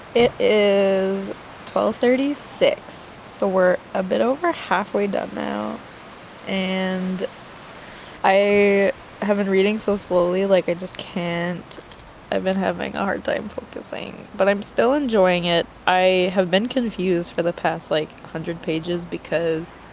it is twelve thirty six so we're a bit over halfway done now and i have been reading so slowly like i just can't i've been having a hard time focusing but i'm still enjoying it, i have been confused for the past like one hundred pages because,